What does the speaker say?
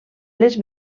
les